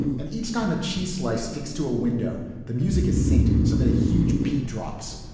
and each time a cheese slice sticks to a window. the music is synched so that a huge beat drops.